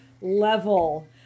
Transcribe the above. level